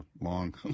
long